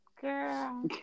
girl